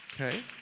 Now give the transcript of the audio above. Okay